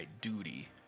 duty